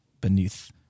beneath